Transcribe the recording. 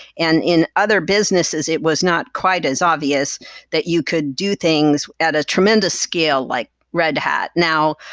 and in other businesses, it was not quite as obvious that you could do things at a tremendous scale, like red hat. now,